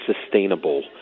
sustainable